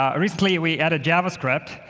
ah recently we added javascript,